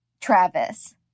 Travis